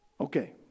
Okay